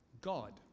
God